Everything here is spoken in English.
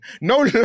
no